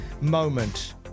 moment